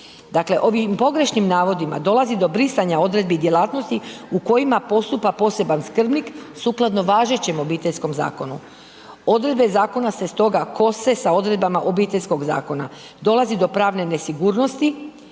ovim pogrešnim navodima dolazi do brisanja odredbi djelatnosti u kojima postupa poseban skrbnik sukladno važećem Obiteljskom zakonu. Odredbe iz zakona se stoga kose sa odredbama Obiteljskog zakona, dolazi do pravne nesigurnosti